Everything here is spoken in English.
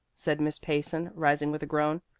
said miss payson, rising with a groan.